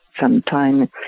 sometime